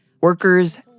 workers